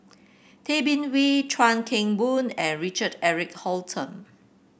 Tay Bin Wee Chuan Keng Boon and Richard Eric Holttum